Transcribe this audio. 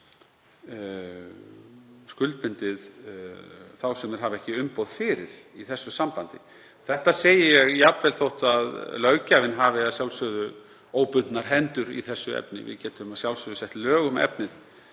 skuldbundið þá sem þeir hafa ekki umboð fyrir í þessu sambandi. Þetta segi ég jafnvel þó að löggjafinn hafi að sjálfsögðu óbundnar hendur í þessu efni. Við getum að sjálfsögðu sett lög um efnið